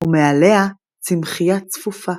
ומעליה צמחיה צפופה.